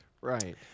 Right